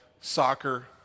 soccer